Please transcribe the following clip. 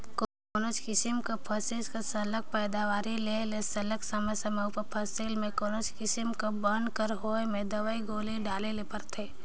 कोनोच किसिम कर फसिल कर सरलग पएदावारी लेहे ले सरलग समे समे उपर फसिल में कोनो किसिम कर बन कर होए में दवई गोली डाले ले परथे